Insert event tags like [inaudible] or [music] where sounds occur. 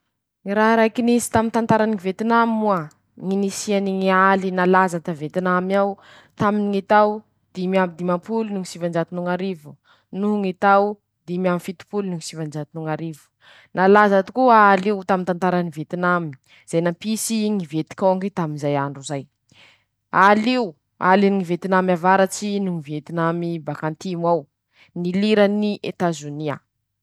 Ñy raha raiky nisy taminy [shushes] ñy tantarany Vientinamy moa: ñy nisiany ñy aly nalaza ta i Vetiniamy ao, taminy [shushes] ñy dimy amby dimampolo no sivanjato no ñ'arivo, no ñy tao dimy amby fitopolo no sivanjato no ñ'arivo, nalaza tokoa aly taminy ñy tantarany vetinamy5, zay nampisy ñy vetikôngy tamin'izay andro zay, al'io, aliny ñy vietinamy avaratsy noho ñy vietinamy bak'antimo ao, nilirany ñy Etazonia.